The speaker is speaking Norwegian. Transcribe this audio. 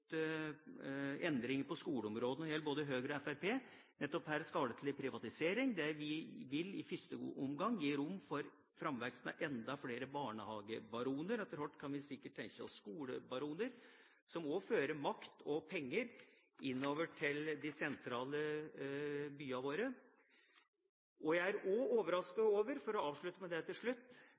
endringer på skoleområdet. Nettopp her skal det skje en privatisering, som i første omgang vil gi rom for framveksten av enda flere «barnehagebaroner», og etter hvert kan vi sikkert tenke oss «skolebaroner», som også fører makt og penger innover til de sentrale byene våre. Jeg er også overrasket over – for å avslutte med det